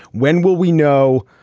when will we know?